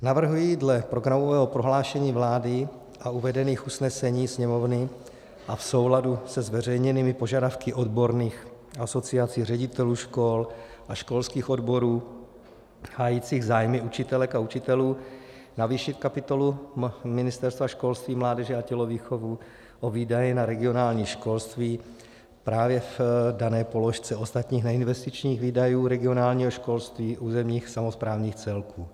Navrhuji dle programového prohlášení vlády a uvedených usnesení Sněmovny a v souladu se zveřejněnými požadavky odborných asociací ředitelů škol a školských odborů hájících zájmy učitelek a učitelů navýšit kapitolu Ministerstva školství, mládeže a tělovýchovy o výdaje na regionální školství právě v dané položce ostatní neinvestiční výdaje regionálního školství územních samosprávných celků.